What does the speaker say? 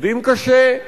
עובדים קשה,